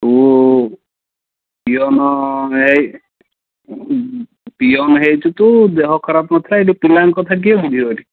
ଓ peon ଭାଇ peon ହେଇଛୁ ତୁ ଦେହ ଖରାପ ନଥିଲା ଏଇଠି ପିଲାଙ୍କ କଥା କିଏ ବୁଝିବ ଏଇଠି